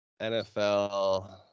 NFL